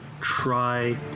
try